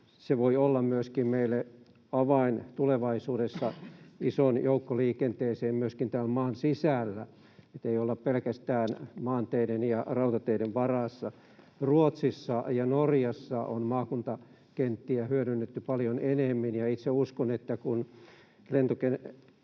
se voi olla meille avain tulevaisuudessa isoon joukkoliikenteeseen myöskin täällä maan sisällä, jotta ei olla pelkästään maanteiden ja rautateiden varassa. Ruotsissa ja Norjassa on maakuntakenttiä hyödynnetty paljon enemmän,